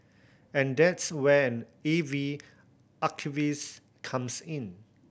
and that's where an A V archivist comes in